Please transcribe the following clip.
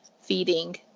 feeding